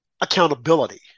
Accountability